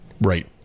right